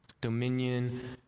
dominion